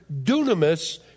dunamis